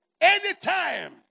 Anytime